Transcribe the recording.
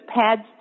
pads